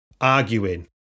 arguing